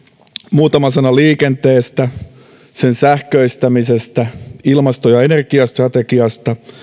muutama sana liikenteestä sen sähköistämisestä ilmasto ja energiastrategiasta